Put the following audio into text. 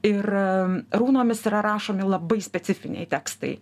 ir runomis yra rašomi labai specifiniai tekstai